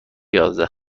یازده